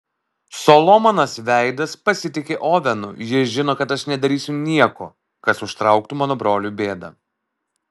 solomonas veidas pasitiki ovenu jis žino kad aš nedarysiu nieko kas užtrauktų mano broliui bėdą